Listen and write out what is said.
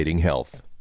health